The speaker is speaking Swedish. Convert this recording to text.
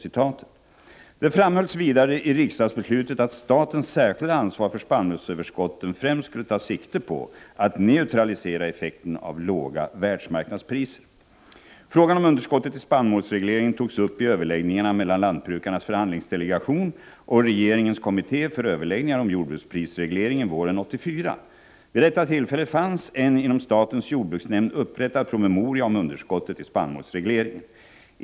nadern je tet skall regleras.” Det framhölls vidare i riksdagsbeslutet att statens 4 a e målsöverskottet särskilda ansvar för spannmålsöverskotten främst skulle ta sikte på att neutralisera effekten av låga världsmarknadspriser. Frågan om underskottet i spannmålsregleringen togs upp i överläggningarna mellan Lantbrukarnas förhandlingsdelegation och regeringens kommitté för överläggningar om jordbruksprisregleringen våren 1984. Vid detta tillfälle fanns en inom statens jordbruksnämnd upprättad promemoria om underskottet i spannmålsregleringen.